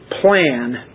plan